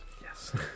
yes